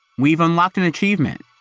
we've unlocked an achievement,